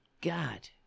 God